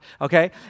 okay